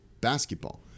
basketball